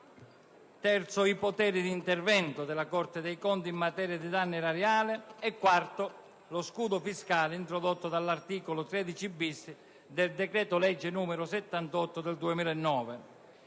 luogo, i poteri di intervento della Corte dei conti in materia di danno erariale; infine, lo scudo fiscale introdotto dall'articolo 13-*bis* del decreto-legge n. 78 del 2009.